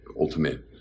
ultimate